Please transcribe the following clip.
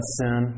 sin